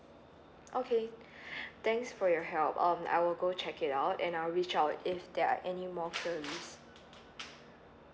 okay thanks for your help um I will go check it out and I'll reach out if there are anymore queries